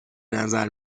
نظر